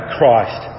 Christ